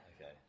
Okay